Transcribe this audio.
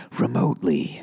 remotely